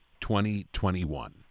2021